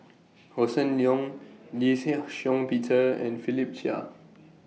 Hossan Leong Lee Shih Shiong Peter and Philip Chia